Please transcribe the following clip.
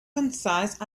concise